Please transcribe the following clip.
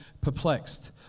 perplexed